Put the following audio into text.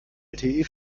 lte